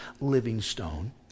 Livingstone